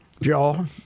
Joe